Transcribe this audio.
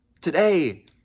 Today